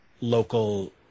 local